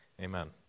Amen